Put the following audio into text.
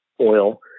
oil